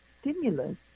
stimulus